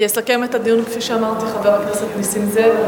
יסכם את הדיון, כפי שאמרתי, חבר הכנסת נסים זאב.